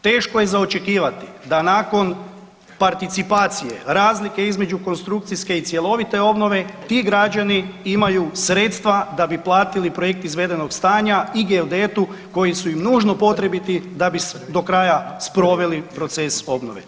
Teško je za očekivati da nakon participacije, razlike između konstrukcijske i cjelovite obnove ti građani imaju sredstva da bi platili projekt izvedenog stanja i geodetu koji su im nužno potrebiti da bi do kraja sproveli proces obnove.